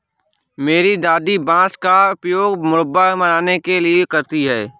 मेरी दादी बांस का उपयोग मुरब्बा बनाने के लिए करती हैं